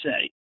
say